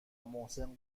محسن